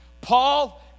Paul